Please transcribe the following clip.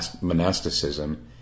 monasticism